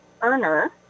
earner